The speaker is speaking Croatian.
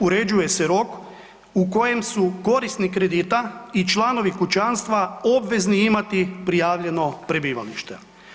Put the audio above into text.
Uređuje se rok u kojem su korisnik kredita i članovi kućanstva obvezni imati prijavljeno prebivalište.